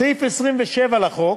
סעיף 27 לחוק